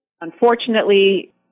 Unfortunately